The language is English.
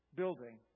building